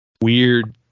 weird